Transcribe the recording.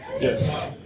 Yes